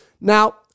Now